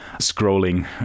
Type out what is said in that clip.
scrolling